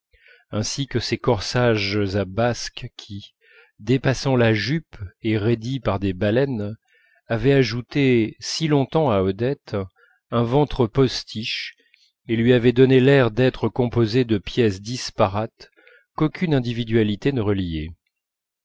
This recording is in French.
ainsi que ces corsages à basques qui dépassant la jupe et raidis par des baleines avaient ajouté si longtemps à odette un ventre postiche et lui avaient donné l'air d'être composée de pièces disparates qu'aucune individualité ne reliait